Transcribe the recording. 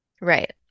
Right